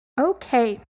Okay